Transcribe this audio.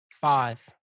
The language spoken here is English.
Five